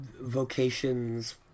vocations